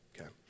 Okay